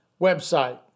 website